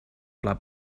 pla